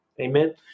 amen